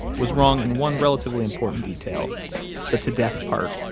was wrong in one relatively important detail the to death part.